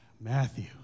Matthew